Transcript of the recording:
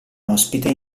ospite